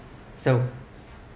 so